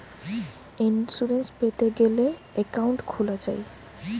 insurance পেতে গ্যালে account খুলা যায়